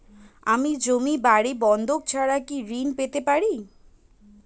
আমি জমি বাড়ি বন্ধক ছাড়া কি ঋণ পেতে পারি?